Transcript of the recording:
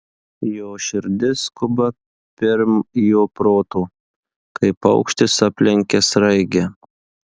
jo širdis skuba pirm jo proto kaip paukštis aplenkia sraigę